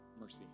mercy